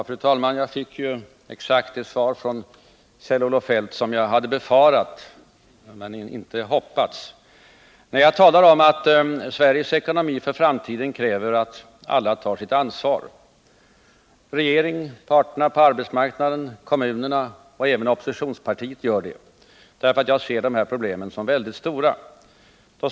Fru talman! Jag fick exakt det svar från Kjell-Olof Feldt som jag hade befarat men inte hoppats. Jag har sagt att Sveriges ekonomi för framtiden kräver att alla tar sitt ansvar — regeringen, parterna på arbetsmarknaden, kommunerna och även oppositionspartiet — därför att jag ser problemen som väldigt stora.